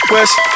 West